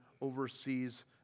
oversees